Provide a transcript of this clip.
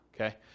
okay